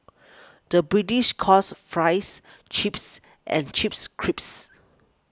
the British calls Fries Chips and Chips Crisps